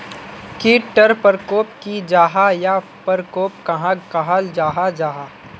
कीट टर परकोप की जाहा या परकोप कहाक कहाल जाहा जाहा?